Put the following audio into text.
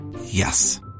Yes